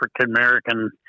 African-American